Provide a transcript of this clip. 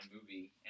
movie